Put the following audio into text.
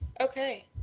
Okay